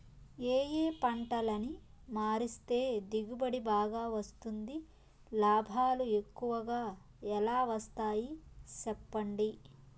ఏ ఏ పంటలని మారిస్తే దిగుబడి బాగా వస్తుంది, లాభాలు ఎక్కువగా ఎలా వస్తాయి సెప్పండి